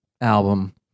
album